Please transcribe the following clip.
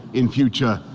in future,